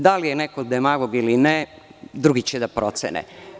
Da li je neko demagog ili ne, drugi će da procene.